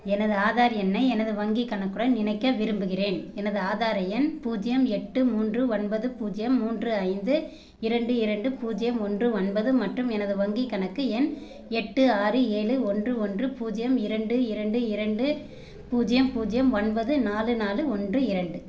எனது ஆதார் எண்ணை எனது வங்கிக் கணக்குடன் இணைக்க விரும்புகிறேன் எனது ஆதார எண் பூஜ்ஜியம் எட்டு மூன்று ஒன்பது பூஜ்ஜியம் மூன்று ஐந்து இரண்டு இரண்டு பூஜ்ஜியம் ஒன்று ஒன்பது மற்றும் எனது வங்கிக் கணக்கு எண் எட்டு ஆறு ஏழு ஒன்று ஒன்று பூஜ்ஜியம் இரண்டு இரண்டு இரண்டு பூஜ்ஜியம் பூஜ்ஜியம் ஒன்பது நாலு நாலு ஒன்று இரண்டு